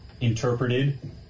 interpreted